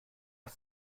aus